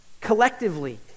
Collectively